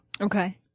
Okay